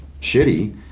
shitty